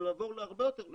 אלא נעבור להרבה יותר,